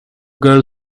girl